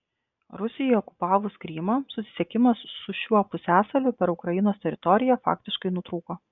rusijai okupavus krymą susisiekimas su šiuo pusiasaliu per ukrainos teritoriją faktiškai nutrūko